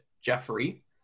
Jeffrey